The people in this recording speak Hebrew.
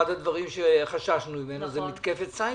אחד הדברים שחששנו ממנו הוא מתקפת סייבר,